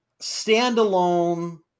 standalone